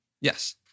Yes